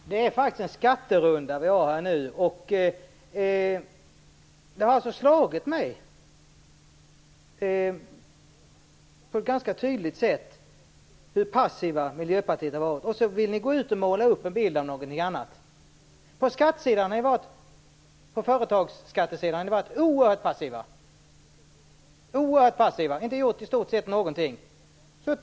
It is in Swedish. Fru talman! Det är faktiskt en skatterunda vi har här nu, och det har slagit mig på ett ganska tydligt sätt hur passivt Miljöpartiet har varit. Sedan vill ni gå ut och måla upp en bild av något annat. Ni har varit oerhört passiva på företagsskattesidan. Ni har i stort sett inte gjort någonting.